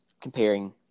comparing